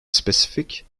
specific